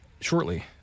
shortly